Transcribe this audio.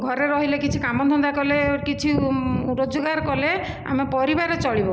ଘରେ ରହିଲେ କିଛି କାମ ଧନ୍ଦା କଲେ କିଛି ରୋଜଗାର କଲେ ଆମ ପରିବାର ଚଳିବ